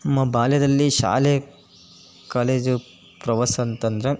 ನಮ್ಮ ಬಾಲ್ಯದಲ್ಲಿ ಶಾಲೆ ಕಾಲೇಜು ಪ್ರವಾಸ ಅಂತಂದರೆ